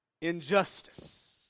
Injustice